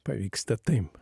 pavyksta taip